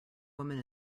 woman